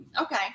Okay